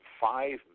five